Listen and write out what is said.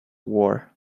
war